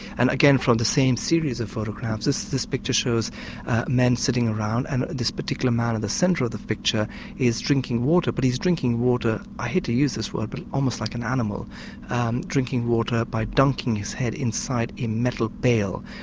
and again from the same series of photographs this is picture shows men sitting around and this particular man in the centre of the picture is drinking water but he's drinking water, i hate to use this word, but almost like an animal and drinking water by dunking his head inside a metal pail,